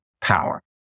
power